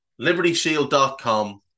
libertyshield.com